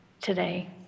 today